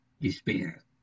despair